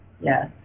yes